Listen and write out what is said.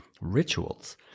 rituals